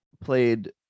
played